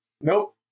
Nope